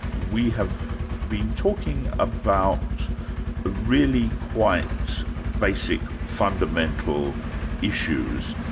we have been talking about really quite basic, fundamental issues,